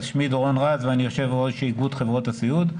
שמי דורון רז ואני יו"ר איגוד חברות הסיעוד.